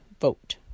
Vote